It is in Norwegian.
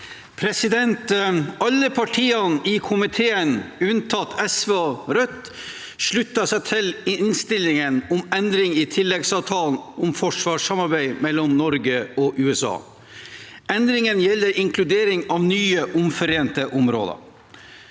for saken): Alle partiene i komiteen, unntatt SV og Rødt, slutter seg til innstillingen om endring i tilleggsavtalen om forsvarssamarbeid mellom Norge og USA. Endringen gjelder inkludering av nye omforente områder.